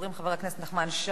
חבר הכנסת נחמן שי,